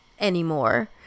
anymore